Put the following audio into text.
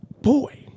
boy